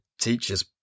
teacher's